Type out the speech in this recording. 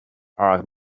are